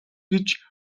гэж